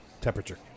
Temperature